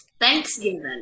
Thanksgiving